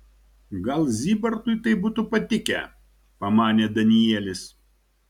gal zybartui tai būtų patikę pamanė danielis